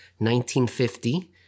1950